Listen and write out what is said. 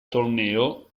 torneo